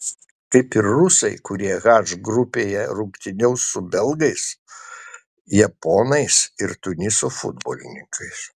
kaip ir rusai kurie h grupėje rungtyniaus su belgais japonais ir tuniso futbolininkais